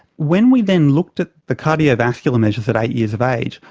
when we then looked at the cardiovascular measures at eight years of age,